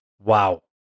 wow